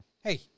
Hey